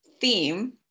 theme